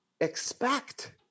expect